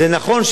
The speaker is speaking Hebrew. נכון,